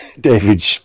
David